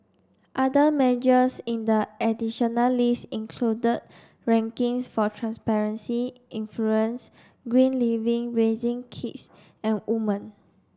other measures in the additional list included rankings for transparency influence green living raising kids and women